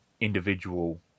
individual